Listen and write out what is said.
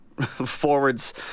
forwards